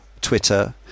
Twitter